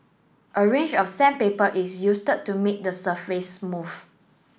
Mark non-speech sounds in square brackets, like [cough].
a range of sandpaper is use [unintelligible] to make the surface smooth